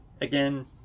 Again